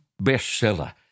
bestseller